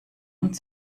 und